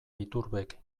iturbek